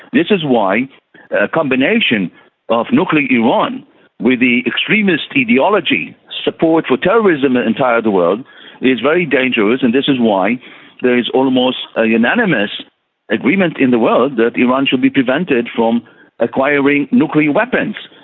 this is why a combination of nuclear iran with the extremist ideology support for terrorism ah entire the world is very dangerous, and this is why there is almost a unanimous agreement in the world that iran should be prevented from acquiring nuclear weapons.